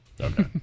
Okay